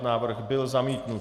Návrh byl zamítnut.